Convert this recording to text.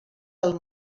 del